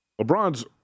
LeBron's